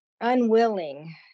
unwilling